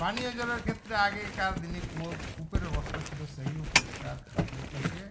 পানীয় জলের ক্ষেত্রে আগেকার দিনে কুয়ো কূপের ব্যবস্থা ছিল সেগুলো পরিষ্কার করা হয়ে থাকে